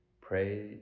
pray